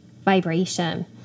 vibration